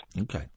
Okay